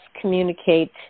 communicate